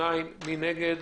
מי נגד?